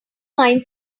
mind